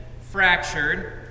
fractured